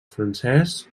francès